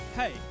Hey